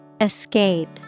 escape